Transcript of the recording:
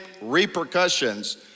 repercussions